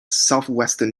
southwestern